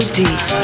deep